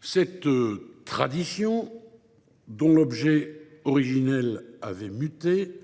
Cette « tradition », dont l’objet originel avait muté,